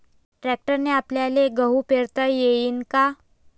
ट्रॅक्टरने आपल्याले गहू पेरता येईन का?